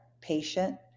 patient